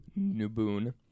Nubun